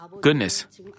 goodness